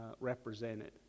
represented